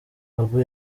babu